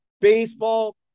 baseball